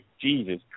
Jesus